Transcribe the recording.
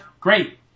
Great